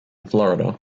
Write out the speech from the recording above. florida